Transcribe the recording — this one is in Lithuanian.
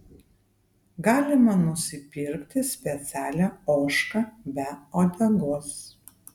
galima nusipirkti specialią ožką be uodegos